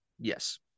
Yes